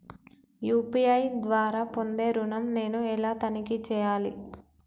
UPI ద్వారా పొందే ఋణం నేను ఎలా తనిఖీ చేయాలి?